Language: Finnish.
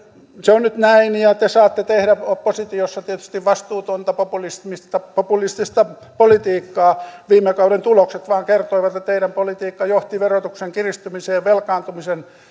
se on nyt näin ja te saatte tehdä oppositiossa tietysti vastuutonta populistista politiikkaa viime kauden tulokset vaan kertoivat että teidän politiikkanne johti verotuksen kiristymiseen velkaantumisen